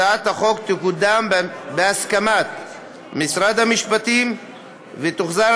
הצעת החוק תקודם בהסכמת משרד המשפטים ותוחזר